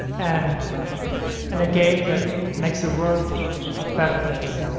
and and a game that makes the world a better place.